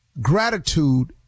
gratitude